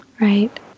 Right